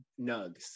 nugs